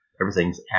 everything's